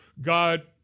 God